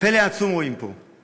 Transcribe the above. פלא עצום רואים פה.